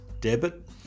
debit